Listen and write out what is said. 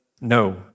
no